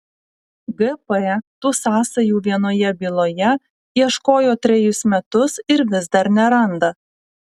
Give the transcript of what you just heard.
gp tų sąsajų vienoje byloje ieškojo trejus metus ir vis dar neranda